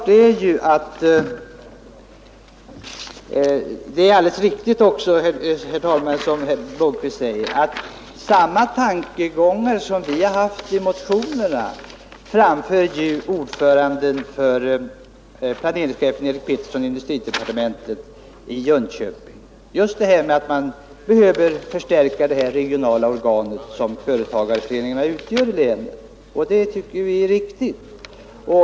Det är alldeles riktigt, herr talman, som herr Blomkvist säger, att samma tankegångar som vi har haft i motionerna framförde planeringschefen i industridepartementet Eric Pettersson i Jönköping. Han underströk just att man behöver förstärka det regionala organ som företagarföreningarna utgör i länen, och det tycker vi är riktigt.